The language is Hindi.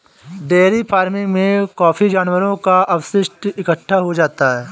डेयरी फ़ार्मिंग में काफी जानवरों का अपशिष्ट इकट्ठा हो जाता है